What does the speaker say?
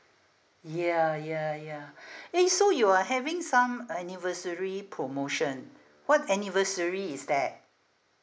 ya ya ya eh so you are having some anniversary promotion what anniversary is that